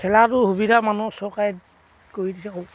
খেলাটো সুবিধা মানুহ চৰকাৰে কৰি দিছে